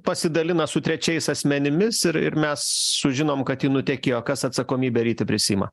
pasidalina su trečiais asmenimis ir ir mes sužinom kad ji nutekėjo kas atsakomybę ryti prisiima